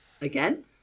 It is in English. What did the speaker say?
Again